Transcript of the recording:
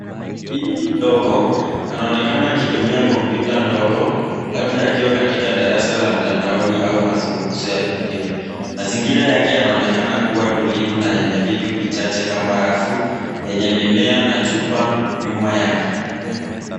Binti mdogo anaonekana akitumia kompyuta ndogo labda akiwa katika darasa la mtandaoni au mazungumzo ya video. Mazingira yake yanaonekana kuwa tulivu na yenye vitu vichache kama rafu yenye mimea na chupa nyuma yake.